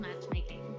Matchmaking